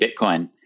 Bitcoin